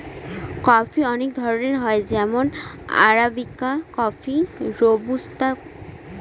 coffee অনেক ধরনের হয় যেমন আরাবিকা কফি, রোবুস্তা